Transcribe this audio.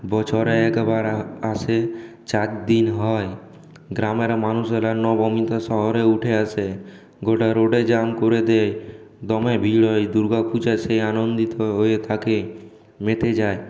বছরে একবার আসে চারদিন হয় গ্রামের মানুষেরা নবমীতে শহরে উঠে আসে গোটা রোডে জাম করে দে দমে ভিড় হয় দুর্গাপূজা সেই আনন্দিত হয়ে থাকে মেতে যায়